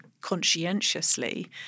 conscientiously